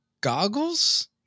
goggles